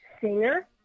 singer